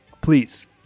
Please